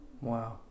Wow